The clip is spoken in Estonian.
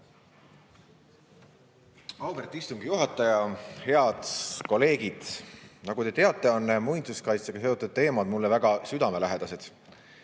Auväärt istungi juhataja! Head kolleegid! Nagu te teate, on muinsuskaitsega seotud teemad mulle väga südamelähedased.